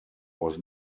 was